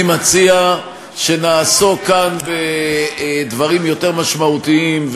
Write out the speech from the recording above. אני מציע שנעסוק כאן בדברים יותר משמעותיים,